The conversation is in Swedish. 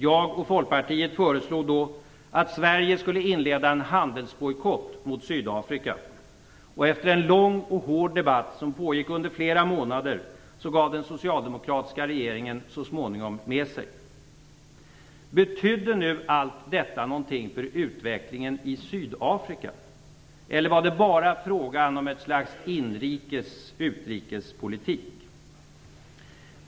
Jag och Folkpartiet föreslog då att Sverige skulle inleda en handelsbojkott mot Sydafrika. Efter en lång och hård debatt som pågick under flera månader gav den socialdemokratiska regeringen så småningom med sig. Betydde nu allt detta något för utvecklingen i Sydafrika? Eller var det bara fråga om något slags inrikes utrikespolitik?